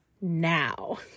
now